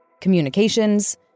communications